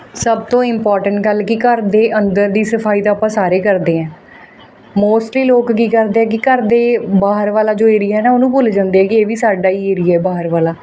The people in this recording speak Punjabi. ਸਭ ਤੋਂ ਇੰਪੋਟੈਂਟ ਗੱਲ ਕਿ ਘਰ ਦੇ ਅੰਦਰ ਦੀ ਸਫਾਈ ਤਾਂ ਆਪਾਂ ਸਾਰੇ ਕਰਦੇ ਹਾਂ ਮੋਸਟਲੀ ਲੋਕ ਕੀ ਕਰਦੇ ਹਨ ਕਿ ਘਰ ਦੇ ਬਾਹਰ ਵਾਲਾ ਜੋ ਏਰੀਆ ਨਾ ਉਹਨੂੰ ਭੁੱਲ ਜਾਂਦੇ ਕਿ ਇਹ ਵੀ ਸਾਡਾ ਹੀ ਏਰੀਆ ਬਾਹਰ ਵਾਲਾ